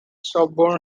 sorbonne